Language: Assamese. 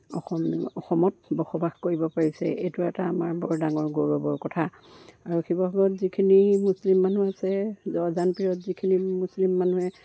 অসম অসমত বসবাস কৰিব পাৰিছে এইটো এটা আমাৰ বৰ ডাঙৰ গৌৰৱৰ কথা আৰু শিৱসাগৰত যিখিনি মুছলিম মানুহ আছে আজানপীৰত যিখিনি মুছলিম মানুহে